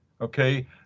okay